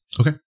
Okay